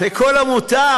לכל עמותה,